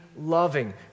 loving